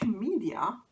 media